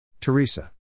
Teresa